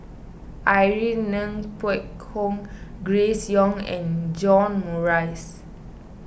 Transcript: Irene Ng Phek Hoong Grace Young and John Morrice